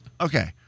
Okay